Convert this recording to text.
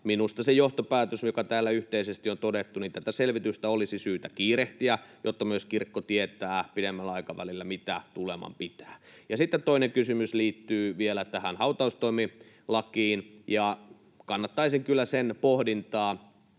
on hyvä se johtopäätös, joka täällä yhteisesti on todettu, että tätä selvitystä olisi syytä kiirehtiä, jotta myös kirkko tietää pidemmällä aikavälillä, mitä tuleman pitää. Sitten toinen kysymys liittyy vielä tähän hautaustoimilakiin. Kannattaisin kyllä sen pohdintaa,